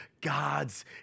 God's